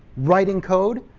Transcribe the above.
writing code,